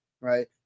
right